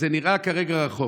"זה נראה כרגע רחוק.